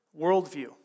worldview